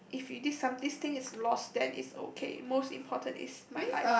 if already some this thing is lost then it's okay most important is my life